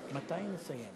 שלוש דקות,